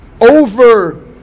over